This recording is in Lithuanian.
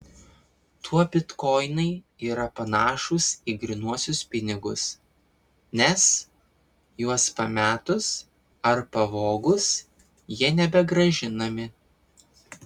tuo bitkoinai yra panašūs į grynuosius pinigus nes juos pametus ar pavogus jie nebegrąžinami